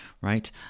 right